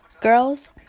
girls